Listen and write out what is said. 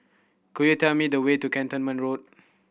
could you tell me the way to Cantonment Road